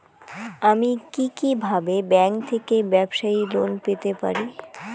আমি কি কিভাবে ব্যাংক থেকে ব্যবসায়ী লোন পেতে পারি?